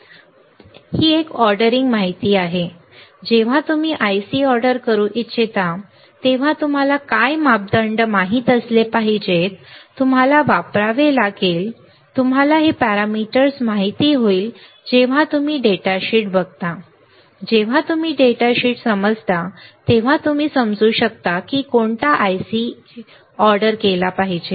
ठीक आहे ही एक ऑर्डरिंग माहिती आहे जेव्हा तुम्ही IC ऑर्डर करू इच्छिता तेव्हा तुम्हाला काय मापदंड माहित असले पाहिजेत तुम्हाला वापरावे लागेल तुम्हाला हे पॅरामीटर माहित होईल जेव्हा तुम्ही डेटा शीट बघता जेव्हा तुम्ही डेटा शीट समजता तेव्हा तुम्ही समजू शकता की कोणता IC ऑर्डर दिली पाहिजे